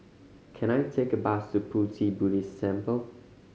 can I take a bus to Pu Ti Buddhist Temple